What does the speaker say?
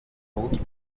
outro